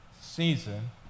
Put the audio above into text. season